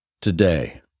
today